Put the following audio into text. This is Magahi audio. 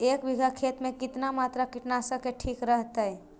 एक बीघा खेत में कितना मात्रा कीटनाशक के ठिक रहतय?